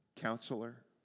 Counselor